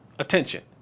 Attention